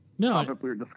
No